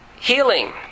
healing